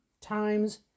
times